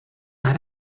out